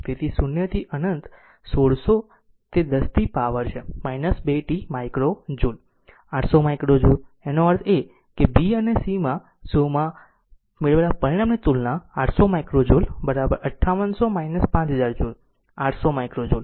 તેથી 0 થી અનંત 1600 તે 10 થી પાવર છે 2 t microjoule 800 microjoule એનો અર્થ એ કે બી અને c શોમાં મેળવેલા પરિણામની તુલના 800 microjoule 5800 5000 joule 800 micro joule